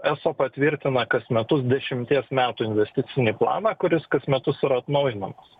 eso patvirtina kas metus dešimties metų investicinį planą kuris kas metus yra atnaujinamas